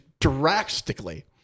drastically